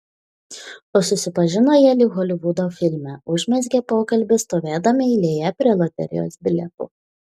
o susipažino jie lyg holivudo filme užmezgė pokalbį stovėdami eilėje prie loterijos bilietų